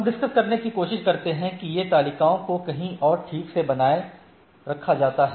हम डिस्कस करने की कोशिश करते हैं की ये तालिकाओं को कहीं और ठीक से बनाए रखा जाता है